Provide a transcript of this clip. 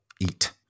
eat